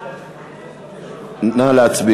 חוק